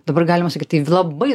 dabar galima sakyt tai labai